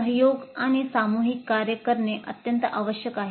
सहयोग आणि सामूहिक कार्य करणे अत्यंत आवश्यक आहे